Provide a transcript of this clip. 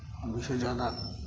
पुरुषसँ ज्यादा